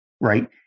right